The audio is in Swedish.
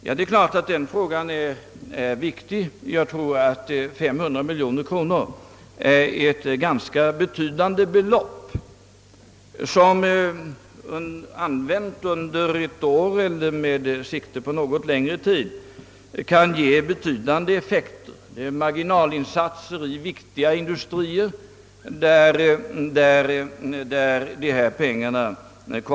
Jag tror att 500 miljoner kronor använda till marginalinsatser i vissa industrier under ett år eller kanske under något längre tid kan få betydande effekt.